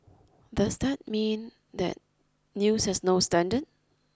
does that mean that news has no standard